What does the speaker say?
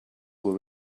were